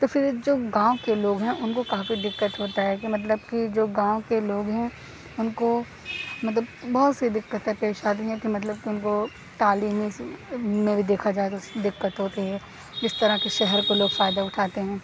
تو پھر جو گاؤں کے لوگ ہیں ان کو کافی دقت ہوتا ہے کہ مطلب کہ جو گاؤں کے لوگ ہیں ان کو مطلب بہت سی دقتیں پیش آتی ہیں کہ مطلب ان کو تعلیم میں دیکھا جائے تو دقت ہوتی ہے جس طرح کہ شہر کے لوگ فائدہ اٹھاتے ہیں